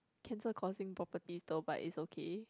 cancer causing property though but is okay